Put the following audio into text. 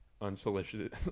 unsolicited